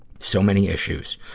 so many issues,